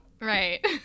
right